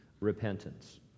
repentance